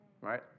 right